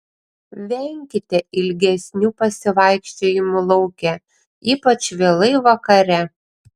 venkite ilgesnių pasivaikščiojimų lauke ypač vėlai vakare